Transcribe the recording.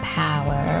power